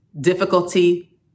difficulty